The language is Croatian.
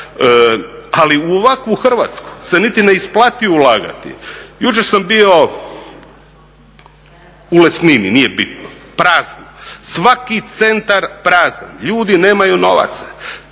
Ali u ovakvu Hrvatsku se niti ne isplati ulagati. Jučer sam bio u Lesnini, nije bitno, prazna. Svaki centar prazan. Ljudi nemaju novaca.